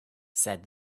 said